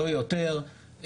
לא יותר,